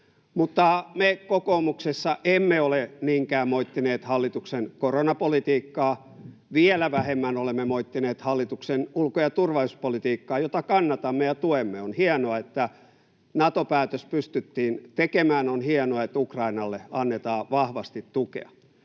Mutta me kokoomuksessa emme ole niinkään moittineet hallituksen koronapolitiikkaa, vielä vähemmän olemme moittineet hallituksen ulko- ja turvallisuuspolitiikkaa, jota kannatamme ja tuemme — on hienoa, että Nato-päätös pystyttiin tekemään, on hienoa, että Ukrainalle annetaan vahvasti tukea.